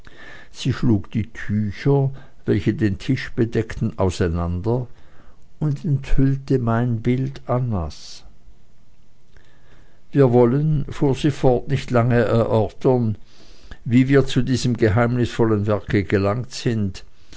sie schlug die tücher welche den tisch bedeckten auseinander und enthüllte mein bild annas wir wollen fuhr sie fort nicht lange erörtern wie wir zu diesem geheimnisvollen werke gelangt sind